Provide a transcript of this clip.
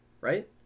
right